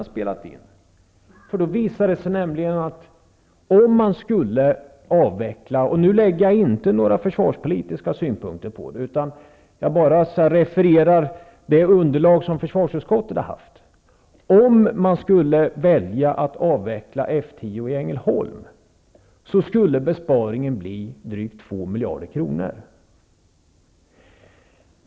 För att referera till det underlag som försvarsutskottet har haft visar det sig nämligen -- utan att lägga några försvarspolitiska synpunkter på det hela -- att besparingen om man skulle välja att avveckla F 10 i Ängelholm skulle bli drygt två miljarder kronor.